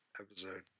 episode